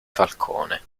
falcone